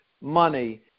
money